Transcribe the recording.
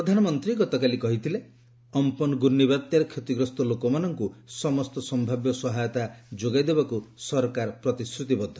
ପ୍ରଧାନମନ୍ତ୍ରୀ କହିଛନ୍ତି ଅମ୍ପନ୍ ଘୂର୍ଣ୍ଣି ବାତ୍ୟାରେ କ୍ଷତିଗ୍ରସ୍ତ ଲୋକମାନଙ୍କୁ ସମସ୍ତ ସମ୍ଭାବ୍ୟ ସହାୟତା ଯୋଗାଇ ଦେବାକୁ ସରକାର ପ୍ରତିଶ୍ରତିବଦ୍ଧ